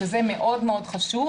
שזה מאוד מאוד חשוב,